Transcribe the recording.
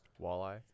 walleye